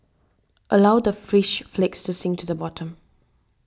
allow the fish flakes to sink to the bottom